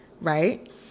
Right